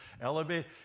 Elevate